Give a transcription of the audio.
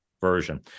version